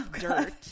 Dirt